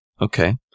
Okay